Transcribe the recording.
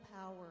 power